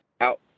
out